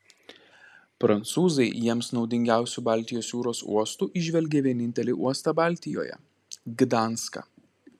prancūzai jiems naudingiausiu baltijos jūros uostu įžvelgia vienintelį uostą baltijoje gdanską